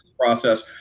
process